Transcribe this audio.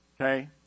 okay